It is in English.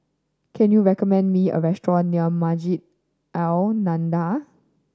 can you recommend me a restaurant near Masjid An Nahdhah